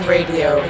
Radio